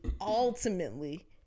ultimately